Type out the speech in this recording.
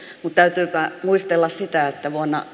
mutta täytyypä muistella sitä että vuonna